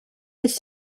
his